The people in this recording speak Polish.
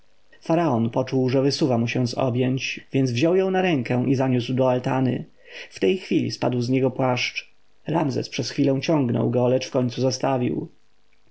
faraon poczuł że wysuwa mu się z objęć więc wziął ją na rękę i zaniósł do altany w tej chwili spadł z niego płaszcz ramzes przez chwilę ciągnął go lecz wkońcu zostawił